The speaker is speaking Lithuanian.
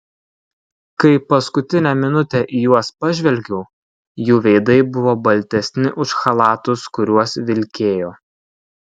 kai paskutinę minutę į juos pažvelgiau jų veidai buvo baltesni už chalatus kuriuos vilkėjo